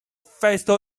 facial